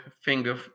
finger